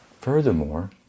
furthermore